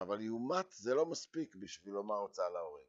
‫אבל יומת זה לא מספיק ‫בשביל לומר הוצאה להורג.